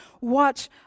watch